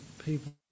People